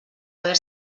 haver